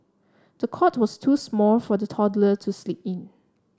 the cot was too small for the toddler to sleep in